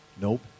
nope